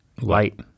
Light